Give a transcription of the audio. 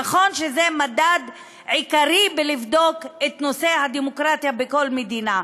נכון שזה מדד עיקרי כדי לבדוק את הדמוקרטיה בכל מדינה.